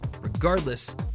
regardless